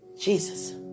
Jesus